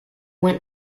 went